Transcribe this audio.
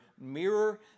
mirror